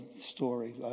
story